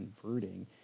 converting